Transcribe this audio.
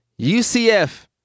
UCF